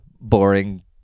boring